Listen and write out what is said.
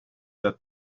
that